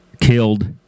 killed